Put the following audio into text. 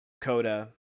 Coda